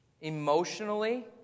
emotionally